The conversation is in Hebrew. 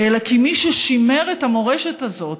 אלא כי מי ששימר את המורשת הזאת,